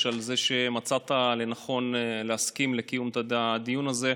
על זה שמצאת לנכון להסכים לקיום הדיון הזה.